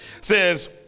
Says